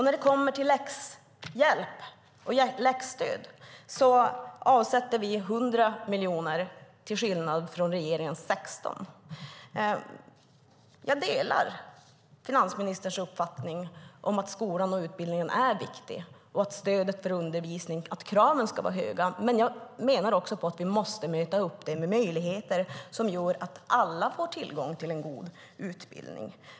När det kommer till läxhjälp och läxstöd avsätter vi 100 miljoner till skillnad från regeringens 16. Jag delar finansministerns uppfattning att skolan och utbildningen är viktig och att kraven ska vara höga. Men jag menar också att vi måste möta upp det med möjligheter som gör att alla får tillgång till en god utbildning.